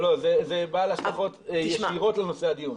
לא, לא, זה בעל השלכות ישירות לנושא הדיון.